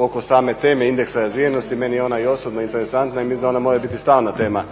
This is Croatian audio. oko same teme indeksa razvijenosti. Meni je ona i osobno interesantna i mislim da ona mora biti stalna tema